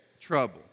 trouble